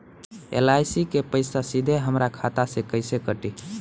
LIC के पईसा सीधे हमरा खाता से कइसे कटी?